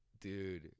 Dude